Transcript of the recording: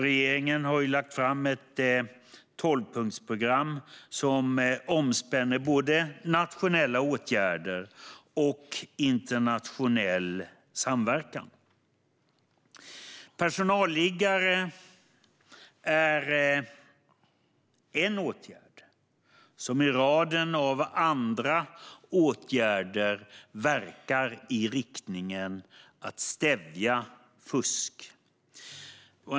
Regeringen har lagt fram ett tolvpunktsprogram som omspänner både nationella åtgärder och internationell samverkan. Personalliggare är en i en rad av åtgärder som verkar i riktningen att stävja fusk.